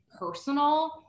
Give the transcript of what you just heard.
personal